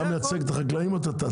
אתה מייצג את החקלאים או את התעשיה?